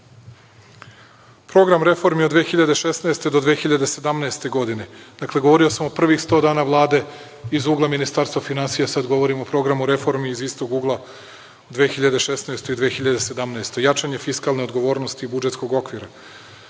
razvoja. Program reformi od 2016. do 2017. godine, dakle govorio sam o prvih 100 dana Vlade iz ugla Ministarstva finansija, sada govorim o programu reformi iz istog ugla za 2016. i 2017. godinu, jačanje fiskalne odgovornosti i budžetskog